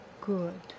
good